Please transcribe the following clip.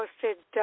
posted